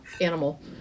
animal